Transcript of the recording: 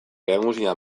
lehengusina